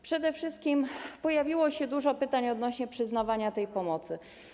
Przede wszystkim pojawiło się dużo pytań odnośnie do przyznawania tej pomocy.